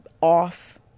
off